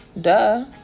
duh